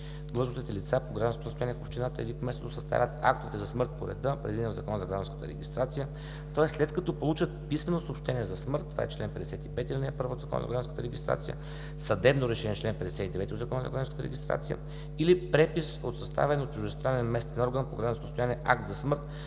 Длъжностните лица по гражданското състояние в общината или кметството съставят актовете за смърт по реда, предвиден в Закона за гражданската регистрация, тоест след като получат писмено съобщение за смърт. Това е чл. 55, ал. 1 от Закона за гражданската регистрация, съдебно решение – чл. 59 от Закона за гражданската регистрация, или препис от съставен от чуждестранен местен орган по гражданското състояние акт за смърт,